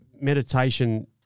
meditation